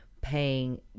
Paying